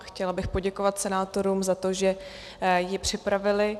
Chtěla bych poděkovat senátorům za to, že ji připravili.